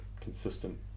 consistent